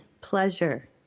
pleasure